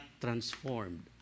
transformed